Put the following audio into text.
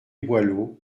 boileau